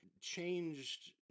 changed